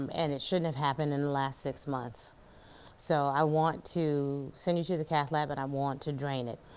um and it shouldn't have happened in the last six months so i want to send you to the cath lab and i want to drain it.